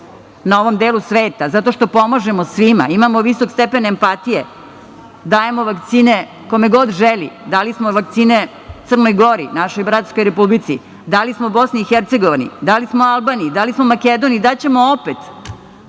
na ovom delu sveta. Zato što pomažemo svima, imamo visok stepen empatije. Dajemo vakcine ko god želi, dali smo vakcine Crnoj Gori našoj bratskoj Republici, dali smo Bosni i Hercegovini, dali smo Albaniji, dali smo Makedoniji, daćemo opet.Za